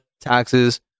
taxes